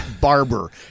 Barber